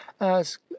ask